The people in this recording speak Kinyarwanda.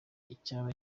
icyaba